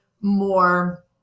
more